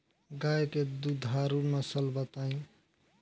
गाय के दुधारू नसल बताई?